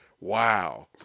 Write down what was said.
Wow